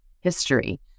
history